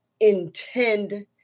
intend